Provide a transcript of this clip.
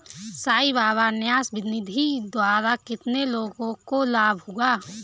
साई बाबा न्यास निधि द्वारा कितने लोगों को लाभ हुआ?